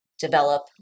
develop